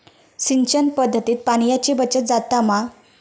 सिंचन पध्दतीत पाणयाची बचत जाता मा?